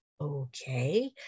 okay